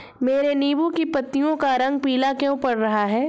मेरे नींबू की पत्तियों का रंग पीला क्यो पड़ रहा है?